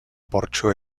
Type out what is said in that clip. porxo